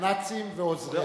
הנאצים ועוזריהם.